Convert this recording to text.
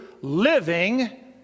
living